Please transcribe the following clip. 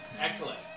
Excellent